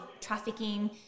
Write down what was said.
trafficking